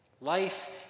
Life